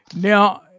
Now